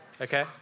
Okay